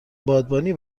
بادبانی